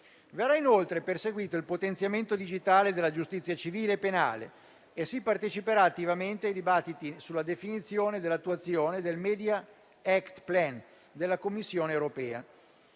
Verrà inoltre perseguito il potenziamento digitale della giustizia civile e penale e si parteciperà attivamente ai dibattiti sulla definizione dell'attuazione del *media action plan* della Commissione europea.